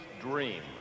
dream